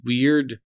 weird